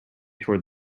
toward